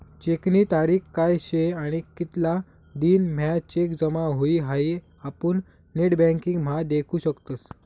चेकनी तारीख काय शे आणि कितला दिन म्हां चेक जमा हुई हाई आपुन नेटबँकिंग म्हा देखु शकतस